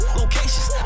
locations